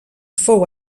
fou